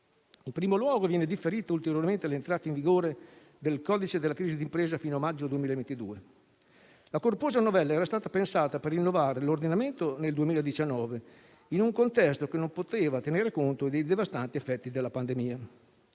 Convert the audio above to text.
In primo luogo viene differita ulteriormente l'entrata in vigore del codice della crisi d'impresa fino a maggio 2022. La corposa novella era stata pensata per rinnovare l'ordinamento nel 2019, in un contesto che non poteva tenere conto dei devastanti effetti della pandemia.